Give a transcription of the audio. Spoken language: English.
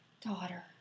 daughter